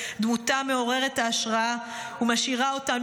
דמותם מעוררת ההשראה משאירה אותנו